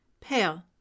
pale